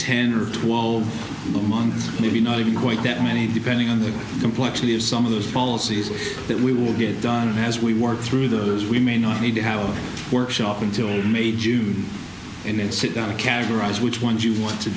ten or twelve months maybe not even the point that many depending on the complexity of some of those policies that we will get done as we work through those we may need to have a workshop in to in may june and then sit down to categorize which ones you want to